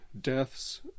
deaths